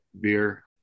beer